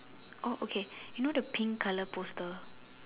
oh okay you know the pink colour poster